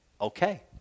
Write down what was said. okay